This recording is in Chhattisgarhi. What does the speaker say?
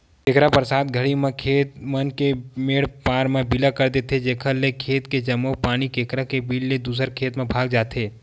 केंकरा बरसात घरी म खेत मन के मेंड पार म बिला कर देथे जेकर ले खेत के जम्मो पानी केंकरा के बिला ले दूसर के खेत म भगा जथे